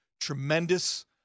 tremendous